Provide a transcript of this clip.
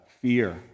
Fear